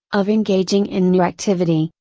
of engaging in new activity,